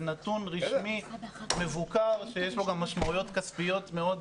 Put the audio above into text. זה נתון רשמי מבוקר שיש לו גם משמעויות כספיות מאוד